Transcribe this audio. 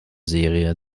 serie